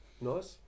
nice